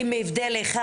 עם הבדל אחד,